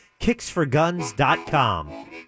kicksforguns.com